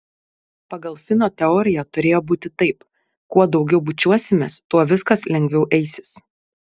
pagal fino teoriją turėjo būti taip kuo daugiau bučiuosimės tuo viskas lengviau eisis